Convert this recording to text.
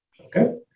Okay